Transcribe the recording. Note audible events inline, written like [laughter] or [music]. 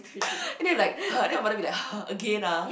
[breath] and then like [breath] then her mother will be like [breath] again ah